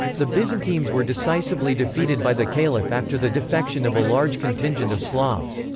the byzantines were decisively defeated by the caliph after the defection of a large contingent of slavs.